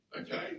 okay